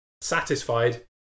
satisfied